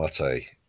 Mate